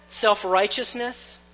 self-righteousness